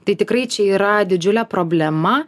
tai tikrai čia yra didžiulė problema